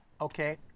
Okay